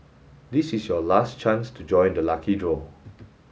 this is your last chance to join the lucky draw